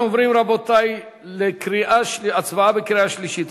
אנחנו עוברים, רבותי, להצבעה בקריאה שלישית.